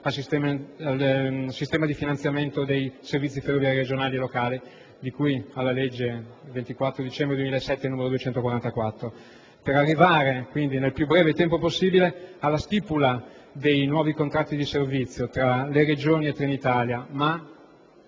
al sistema di finanziamento dei servizi ferroviari regionali e locali di cui alla legge 24 dicembre 2007, n. 244, affinché si possa arrivare, nel più breve tempo possibile, alla stipula dei nuovi contratti di servizio tra Regioni e Trenitalia